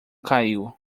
caiu